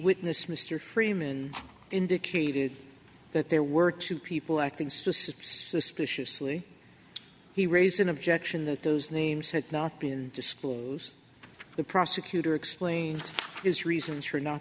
witness mr freeman indicated that there were two people acting suspiciously he raised an objection that those names had not been disclosed the prosecutor explained his reasons for not